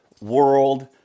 World